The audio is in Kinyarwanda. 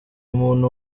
umuntu